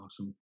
Awesome